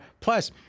Plus